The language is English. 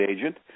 agent